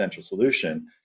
solution